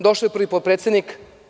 Došao je prvi potpredsednik.